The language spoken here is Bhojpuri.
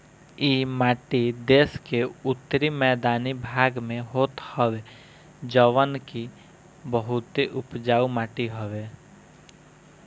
इ माटी देस के उत्तरी मैदानी भाग में होत हवे जवन की बहुते उपजाऊ माटी हवे